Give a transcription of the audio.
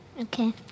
okay